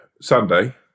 Sunday